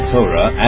Torah